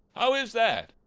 how is that?